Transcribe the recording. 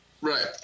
Right